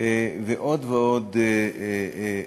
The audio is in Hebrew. ועוד ועוד